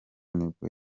nibwo